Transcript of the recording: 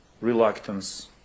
reluctance